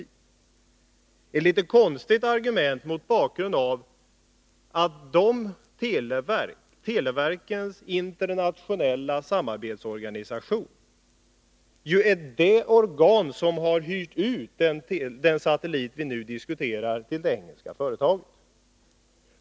Detta är ett litet konstigt argument, mot bakgrund av att televerkens internationella samarbetsorganisation ju är det organ som har hyrt ut den satellit vi nu diskuterar till det engelska företaget.